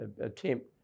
attempt